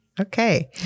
Okay